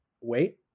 wait